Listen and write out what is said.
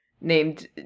named